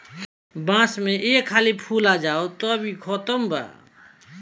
बांस में एक हाली फूल आ जाओ तब इ खतम बा